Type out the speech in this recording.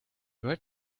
right